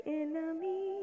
enemy